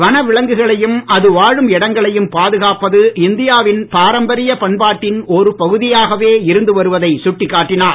வனவிலங்குகளையும் அது வாழும் இடங்களையும் பாதுகாப்பது இந்தியாவின் பாரம்பரிய பண்பாட்டின் ஒரு பகுதியாகவே இருந்து வருவதை சுட்டிக்காட்டினார்